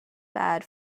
bad